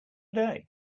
day